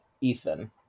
Ethan